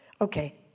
okay